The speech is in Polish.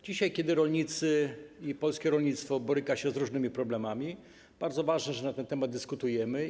Dzisiaj, kiedy rolnicy i polskie rolnictwo borykają się z różnymi problemami, jest bardzo ważne to, że na ten temat dyskutujemy.